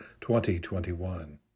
2021